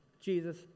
Jesus